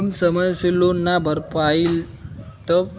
हम समय से लोन ना भर पईनी तब?